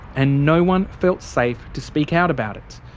and no-one felt safe to speak out about it.